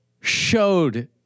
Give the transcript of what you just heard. showed